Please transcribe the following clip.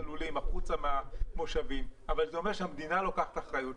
הלולים החוצה מהמושבים אבל זה אומר שהמדינה לוקחת אחריות,